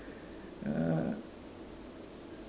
uh